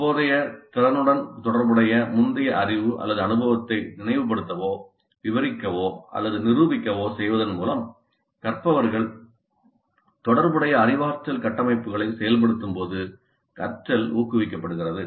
தற்போதைய திறனுடன் தொடர்புடைய முந்தைய அறிவு அல்லது அனுபவத்தை நினைவுபடுத்தவோ விவரிக்கவோ அல்லது நிரூபிக்கவோ செய்வதன் மூலம் கற்பவர்கள் தொடர்புடைய அறிவாற்றல் கட்டமைப்புகளை செயல்படுத்தும்போது கற்றல் ஊக்குவிக்கப்படுகிறது